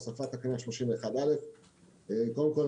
הוספת תקנה 31א. קודם כל,